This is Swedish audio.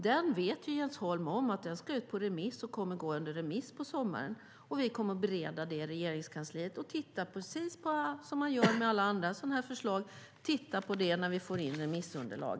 Jens Holm vet att den ska ut på remiss under sommaren, och vi kommer att bereda remissvaren i Regeringskansliet under hösten, precis som vi gör med alla andra förslag.